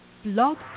Blog